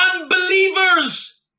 unbelievers